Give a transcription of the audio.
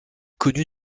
connue